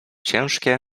ciężkie